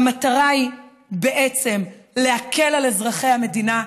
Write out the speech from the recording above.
המטרה היא להקל על אזרחי המדינה,